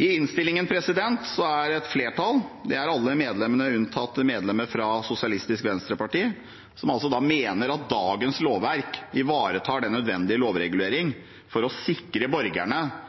I innstillingen mener et flertall, alle medlemmer unntatt medlemmet fra Sosialistisk Venstreparti, at dagens lovverk ivaretar den nødvendige lovregulering for å sikre borgerne